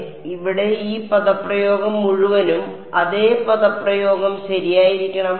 അതിനാൽ ഇവിടെ ഈ പദപ്രയോഗം മുഴുവനും അതേ പദപ്രയോഗം ശരിയായിരിക്കണം